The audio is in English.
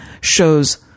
shows